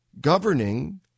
governing